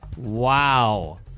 Wow